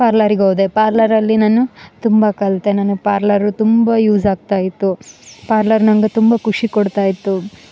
ಪಾರ್ಲರಿಗೋದೆ ಪಾರ್ಲರಲ್ಲಿ ನಾನು ತುಂಬಾ ಕಲಿತೆ ನಾನು ಪಾರ್ಲರು ತುಂಬ ಯೂಸ್ ಆಗ್ತಾ ಇತ್ತು ಪಾರ್ಲರ್ ನಂಗ ತುಂಬ ಖುಷಿ ಕೊಡ್ತಾ ಇತ್ತು